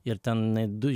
ir ten du